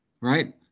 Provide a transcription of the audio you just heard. right